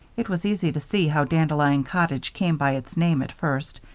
it was easy to see how dandelion cottage came by its name at first,